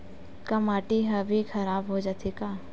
का माटी ह भी खराब हो जाथे का?